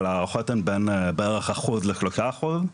אבל ההערכות הן בין אחוז לשלושה אחוז,